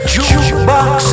Jukebox